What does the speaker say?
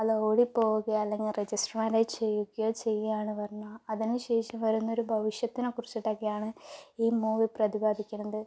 അല്ലേൽ ഓടിപ്പോവുക അല്ലെങ്കിൽ രജിസ്റ്റർ മാര്യേജ് ചെയ്യുകയോ ചെയ്യുകയാണ് പറഞ്ഞാൽ അതിനുശേഷം വരുന്ന ഒരു ഭവിഷ്യത്തിനെ കുറിച്ചിട്ടൊക്കെയാണ് ഈ മൂവി പ്രതിപാദിക്കുന്നത്